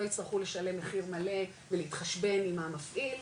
לא יצטרכו לשלם מחיר מלא ולהתחשבן עם המפעיל,